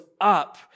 up